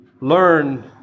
learn